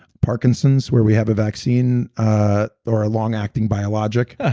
parkinson's where we have a vaccine ah or a long acting biologic